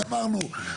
גמרנו.